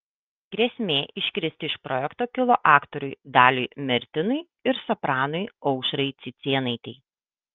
grėsmė iškristi iš projekto kilo aktoriui daliui mertinui ir sopranui aušrai cicėnaitei